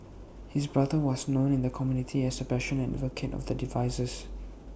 his brother was known in the community as A passionate advocate of the devices